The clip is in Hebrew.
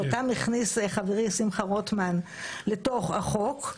שאותם הכניס חברי שמחה רוטמן לתוך החוק.